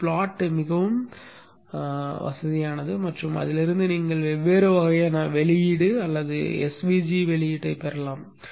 gnu plot மிகவும் சக்தி வாய்ந்தது மற்றும் அதிலிருந்து நீங்கள் வெவ்வேறு வகையான வெளியீடு அல்லது svg வெளியீட்டைப் பெறலாம்